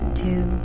two